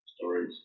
stories